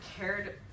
cared